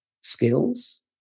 skills